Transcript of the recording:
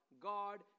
God